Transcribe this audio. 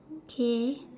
okay